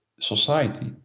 society